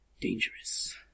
dangerous